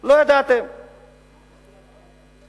לא ידעתם לנהל.